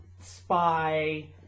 spy